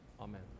Amen